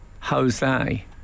Jose